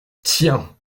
tiens